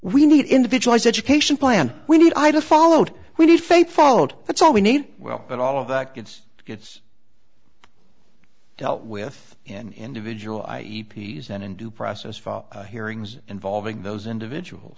we need individualized education plan we need ida followed we need faith followed that's all we need well but all of that gets to gets dealt with in individual i e p s and in due process hearings involving those individuals